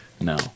No